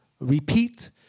repeat